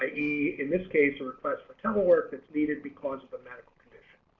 ie in this case or request whatever work that's needed because of a medical condition.